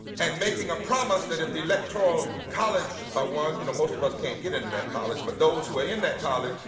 and making a promise that if the electoral college ah won, you know most of us can't get into that college, but those who are in that college,